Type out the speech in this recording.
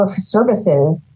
services